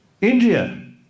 India